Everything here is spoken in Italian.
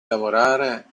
lavorare